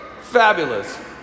fabulous